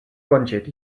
končit